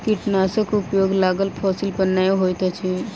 कीटनाशकक उपयोग लागल फसील पर नै होइत अछि